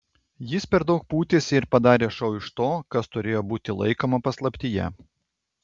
jis per daug pūtėsi ir padarė šou iš to kas turėjo būti laikoma paslaptyje